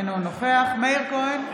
אינו נוכח מאיר כהן,